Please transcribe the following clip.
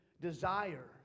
desire